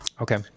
Okay